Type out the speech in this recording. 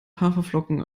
haferflocken